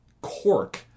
cork